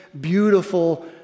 beautiful